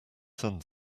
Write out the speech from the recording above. sun